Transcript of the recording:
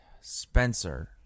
Spencer